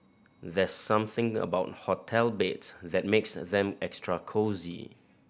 there's something about hotel beds that makes them extra cosy